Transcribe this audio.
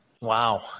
Wow